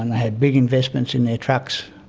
had big investments in their trucks,